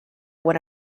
what